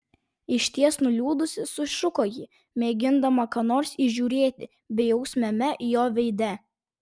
išties nuliūdusi sušuko ji mėgindama ką nors įžiūrėti bejausmiame jo veide